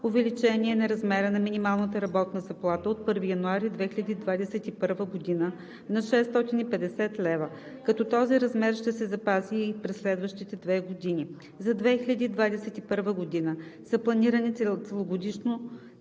увеличение на размера на минималната работна заплата от 1 януари 2021 г. на 650 лв., като този размер ще се запази и през следващите две години. През 2021 г. са планирани целогодишни